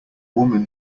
woman